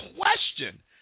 question